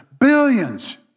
billions